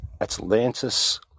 Atlantis